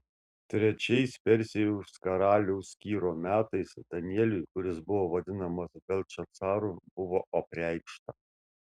trečiais persijos karaliaus kyro metais danieliui kuris buvo vadinamas beltšacaru buvo apreikšta